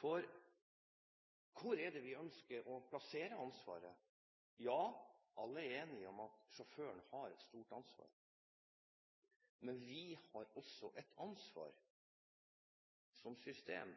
for hvor er det vi ønsker å plassere ansvaret? Alle er enige om at sjåføren har et stort ansvar, men vi har også et ansvar som system